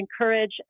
encourage